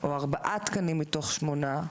או ארבעה תקנים מתוך שמונה,